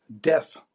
Death